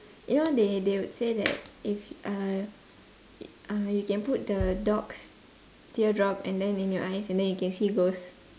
you know they they would say that if uh uh you can put the dog's teardrop and then in your eyes and then you can see ghost